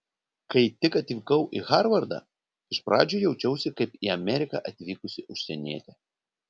kai tik atvykau į harvardą iš pradžių jaučiausi kaip į ameriką atvykusi užsienietė